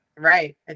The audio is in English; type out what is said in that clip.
right